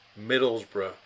Middlesbrough